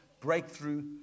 breakthrough